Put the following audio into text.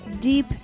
deep